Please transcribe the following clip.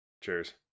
Cheers